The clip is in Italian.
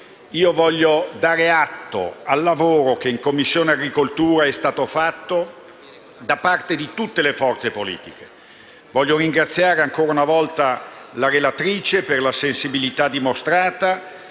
Io vorrei dare atto al lavoro che in Commissione agricoltura è stato fatto da parte di tutte le forze politiche. Desidero ringraziare ancora una volta la relatrice per la sensibilità dimostrata,